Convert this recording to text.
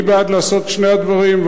אני בעד לעשות את שני הדברים,